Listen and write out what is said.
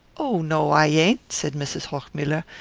oh, no, i ain't, said mrs. hochmuller.